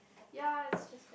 ya is just like